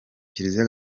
kiliziya